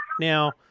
Now